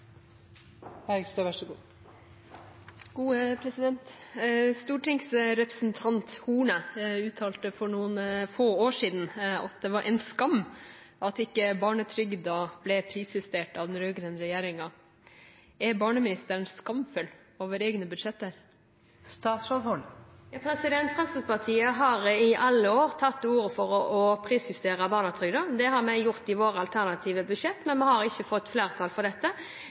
Stortingsrepresentant Horne uttalte for noen få år siden at det var en skam at ikke barnetrygden ble prisjustert av den rød-grønne regjeringen. Er barneministeren skamfull over egne budsjetter? Fremskrittspartiet har i alle år tatt til orde for å prisjustere barnetrygden. Det har vi gjort i våre alternative budsjetter, men vi har ikke fått flertall for dette.